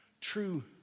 true